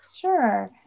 Sure